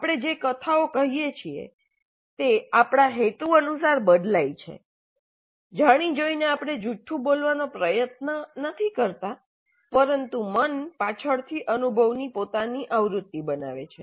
આપણે જે કથાઓ કહીએ છીએ તે આપણા હેતુ અનુસાર બદલાય છે જાણીજોઈને આપણે જૂઠું બોલાવવાનો પ્રયત્ન નથી કરતા પરંતુ મન પાછળથી અનુભવની પોતાની આવૃત્તિ બનાવે છે